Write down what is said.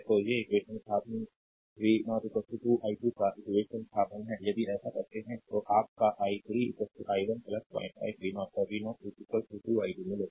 तो ये इक्वेशन स्थानापन्न v0 2 i2 यह इक्वेशन स्थानापन्न है यदि ऐसा करते हैं तो तो आप का i3 i1 05 v0 और v0 2 i2 मिलेगा